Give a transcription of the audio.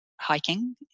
hiking